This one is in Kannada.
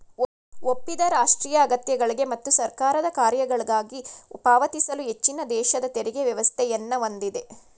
ಒಪ್ಪಿದ ರಾಷ್ಟ್ರೀಯ ಅಗತ್ಯಗಳ್ಗೆ ಮತ್ತು ಸರ್ಕಾರದ ಕಾರ್ಯಗಳ್ಗಾಗಿ ಪಾವತಿಸಲು ಹೆಚ್ಚಿನದೇಶದ ತೆರಿಗೆ ವ್ಯವಸ್ಥೆಯನ್ನ ಹೊಂದಿದೆ